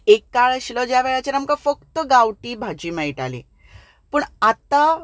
एक काळ आशिल्लो ज्या वेळाचेर आमकां फक्त गांवठी भाजी मेळटाली पूण आतां